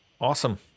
Awesome